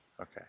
Okay